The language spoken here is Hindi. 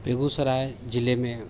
बेगूसराय ज़िले में